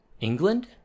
England